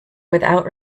without